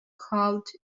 called